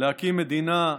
להקים מדינה.